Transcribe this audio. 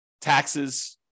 taxes